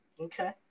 Okay